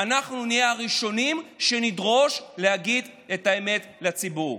אנחנו נהיה הראשונים שנדרוש להגיד את האמת לציבור.